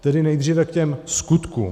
Tedy nejdříve k těm skutkům.